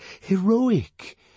heroic